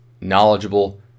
knowledgeable